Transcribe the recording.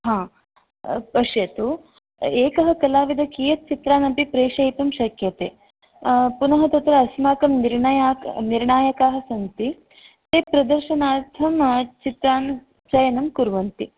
हा पश्यतु एकः कलाविदः कीयत् चित्रान् अपि प्रेषयितुं शक्यते पुनः तत्र अस्माकं निर्णयाक निर्णायकाः सन्ति ते प्रदर्शिनार्थं चित्रान् चयनं कुर्वन्ति